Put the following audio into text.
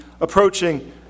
approaching